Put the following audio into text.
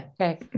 Okay